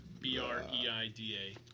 B-R-E-I-D-A